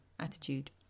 Attitude